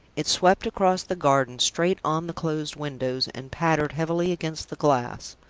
it swept across the garden, straight on the closed windows, and pattered heavily against the glass.